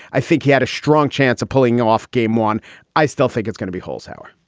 i think he had a strong chance of pulling off game one i still think it's gonna be holshouser.